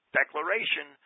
declaration